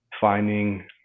finding